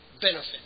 benefit